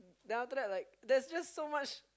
then after that like there's just so much